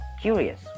curious